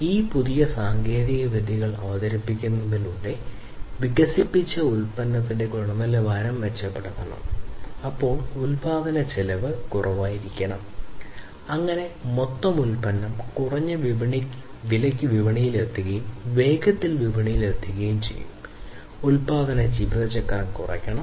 അതിനാൽ ഈ പുതിയ സാങ്കേതികവിദ്യകൾ അവതരിപ്പിക്കുന്നതിലൂടെ വികസിപ്പിച്ച ഉൽപ്പന്നത്തിന്റെ ഗുണനിലവാരം മെച്ചപ്പെടുത്തണം അപ്പോൾ ഉൽപാദനച്ചെലവ് കുറവായിരിക്കണം അങ്ങനെ മൊത്തം ഉൽപന്നം കുറഞ്ഞ വിലയ്ക്ക് വിപണിയിലെത്തുകയും വേഗത്തിൽ വിപണിയിലെത്തുകയും ചെയ്യും ഉത്പാദന ജീവിതചക്രം കുറയ്ക്കണം